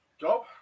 Job